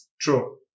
true